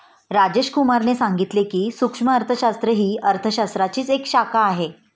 राजेश कुमार ने सांगितले की, सूक्ष्म अर्थशास्त्र ही अर्थशास्त्राचीच एक शाखा आहे